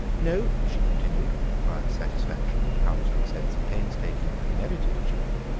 no, she continued, with the quiet satisfaction that comes from a sense of painstaking and merited achievement,